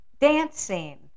dancing